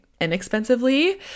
inexpensively